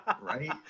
Right